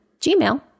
Gmail